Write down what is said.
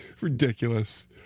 ridiculous